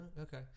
Okay